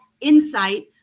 insight